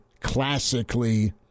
classically